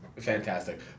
fantastic